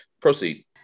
Proceed